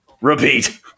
Repeat